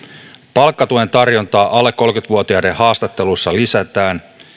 palkkatuen tarjontaa alle kolmekymmentä vuotiaiden haastatteluissa